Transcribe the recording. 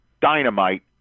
dynamite